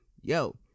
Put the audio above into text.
Yo